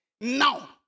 Now